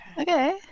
Okay